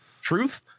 truth